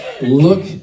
Look